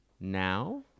now